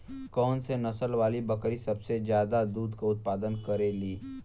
कौन से नसल वाली बकरी सबसे ज्यादा दूध क उतपादन करेली?